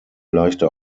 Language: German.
leichte